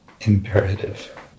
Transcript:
imperative